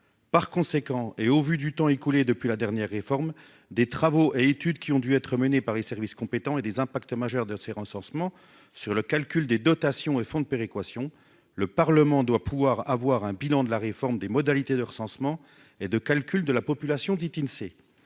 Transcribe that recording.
Par conséquent, et au vu du temps écoulé depuis la dernière réforme, des travaux et études qui ont dû être menées par les services compétents et des impacts majeurs de ces recensements sur le calcul des dotations et fonds de péréquation. Le Parlement doit pouvoir avoir un bilan de la réforme des modalités de recensement et de calcul de la population dite Insee.